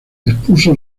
expuso